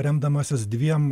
remdamasis dviem